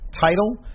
title